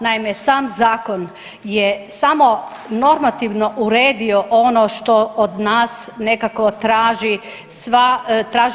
Naime, sam zakon je samo normativno uredio ono što od nas nekako traži EU.